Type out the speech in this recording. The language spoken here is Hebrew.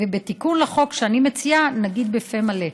ובתיקון לחוק שאני מציעה נגיד בפה מלא: